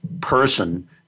person